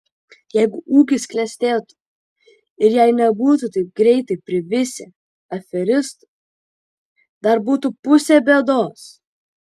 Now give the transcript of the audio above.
jeigu ūkis klestėtų ir jei nebūtų taip greitai privisę aferistų dar būtų pusė bėdos